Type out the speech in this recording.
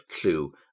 clue